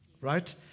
Right